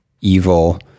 evil